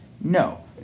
No